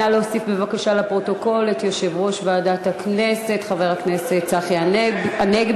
נא להוסיף לפרוטוקול את יושב-ראש ועדת הכנסת חבר הכנסת צחי הנגבי.